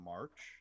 March